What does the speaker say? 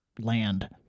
land